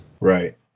Right